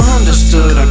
Understood